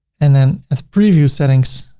and then at preview settings,